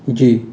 जी